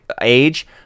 age